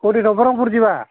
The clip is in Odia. କୋଉଠି ନବରଙ୍ଗପୁର୍ ଯିବା